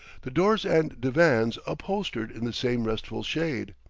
the doors and divans upholstered in the same restful shade.